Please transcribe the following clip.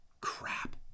crap